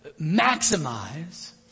maximize